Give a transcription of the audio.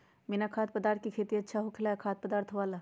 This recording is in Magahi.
बिना खाद्य पदार्थ के खेती अच्छा होखेला या खाद्य पदार्थ वाला?